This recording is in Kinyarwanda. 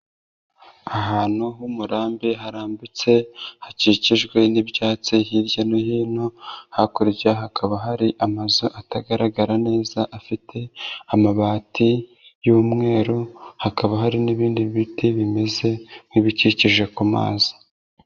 Ahantu h'umurambi harambitse, hakikijwe n'ibyatsi hirya no hino, hakurya hakaba hari amazu atagaragara neza afite amabati y'umweru, hakaba hari n'ibindi biti bimeze nk'ibikikije ku mazi.